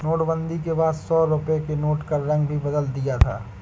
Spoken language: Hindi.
नोटबंदी के बाद सौ रुपए के नोट का रंग भी बदल दिया था